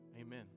Amen